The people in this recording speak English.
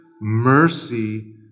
mercy